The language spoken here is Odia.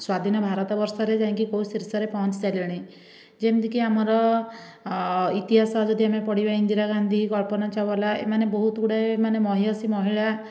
ସ୍ୱାଧୀନ ଭାରତ ବର୍ଷରେ ଯାଇକି କେଉଁ ଶୀର୍ଷରେ ପହଞ୍ଚି ସାରିଲେଣି ଯେମିତିକି ଆମର ଇତିହାସରେ ଯଦି ଆମେ ପଢ଼ିବା ଇନ୍ଦିରା ଗାନ୍ଧୀ କଳ୍ପନା ଚାୱଲା ଏମାନେ ବହୁତ ଗୁଡ଼ାଏ ମାନେ ମହିୟସୀ ମହିଳା